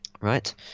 Right